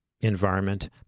environment